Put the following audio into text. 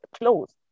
close